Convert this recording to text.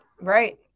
Right